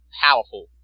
powerful